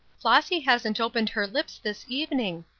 flossy hasn't opened her lips this evening.